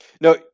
No